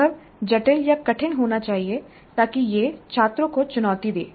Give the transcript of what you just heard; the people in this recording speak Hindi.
अनुभव जटिल या कठिन होना चाहिए ताकि यह छात्रों को चुनौती दे